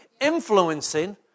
influencing